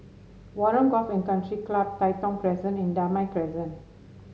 Warren Golf and Country Club Tai Thong Crescent and Damai Crescent